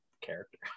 character